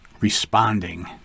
responding